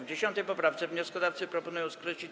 W 10. poprawce wnioskodawcy proponują skreślić